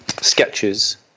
sketches